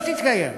לא תתקיים.